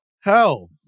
hell